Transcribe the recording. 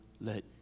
let